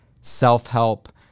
self-help